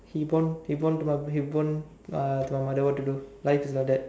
he born he born to my he born uh to my mother what to do life is like that